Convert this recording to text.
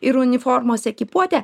ir uniformos ekipuotę